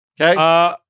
Okay